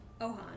Ohan